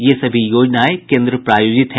ये सभी योजनाएं केन्द्र प्रायोजित हैं